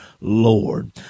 Lord